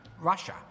Russia